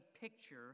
picture